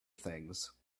things